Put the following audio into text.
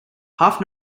half